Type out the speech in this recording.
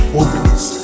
openness